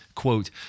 Quote